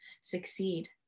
succeed